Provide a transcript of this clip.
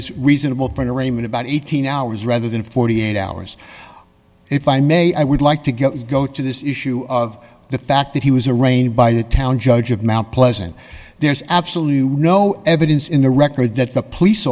is reasonable print arraignment about eighteen hours rather than forty eight hours if i may i would like to go to this issue of the fact that he was arraigned by the town judge of mt pleasant there's absolutely no evidence in the record that the police